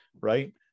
right